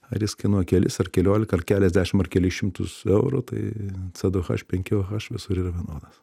ar jis kainuoja kelis ar keliolika ar keliasdešimt ar kelis šimtus eurų tai c du h penki o h visur yra vienodas